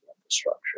infrastructure